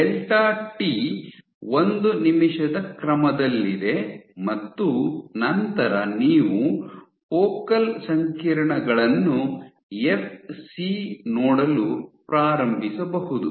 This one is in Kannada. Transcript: ಡೆಲ್ಟಾ ಟಿ ಒಂದು ನಿಮಿಷದ ಕ್ರಮದಲ್ಲಿದೆ ಮತ್ತು ನಂತರ ನೀವು ಫೋಕಲ್ ಸಂಕೀರ್ಣಗಳನ್ನು ಎಫ್ಸಿ ನೋಡಲು ಪ್ರಾರಂಭಿಸಬಹುದು